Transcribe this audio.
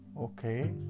okay